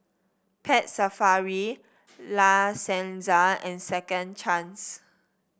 Pet Safari La Senza and Second Chance